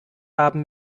haben